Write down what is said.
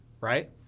right